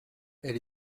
elle